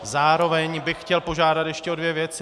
Zároveň ale bych chtěl požádat ještě o dvě věci.